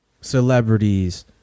celebrities